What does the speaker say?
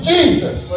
Jesus